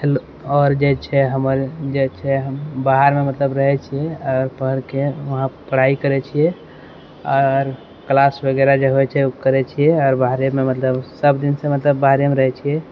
आओर जे छै हमर बाहरमे मतलब रहै छिए आओर वहाँ पढाइ करै छिए आओर क्लास वगैरह जे होइ छै ओ करै छी सब दिनसँ बाहरमे रहै छिए